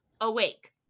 awake